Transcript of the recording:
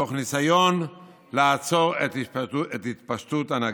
תוך ניסיון לעצור את התפשטות הנגיף.